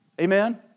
Amen